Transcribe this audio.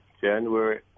January